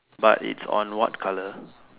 but it's on what color